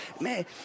man